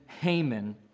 Haman